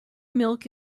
milk